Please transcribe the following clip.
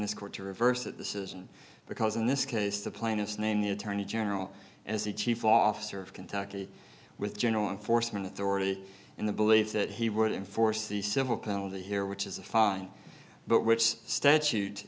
this court to reverse that this isn't because in this case the plaintiff's name the attorney general as the chief officer of kentucky with general enforcement authority in the belief that he would enforce the civil penalty here which is a fine but which statute